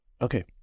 Okay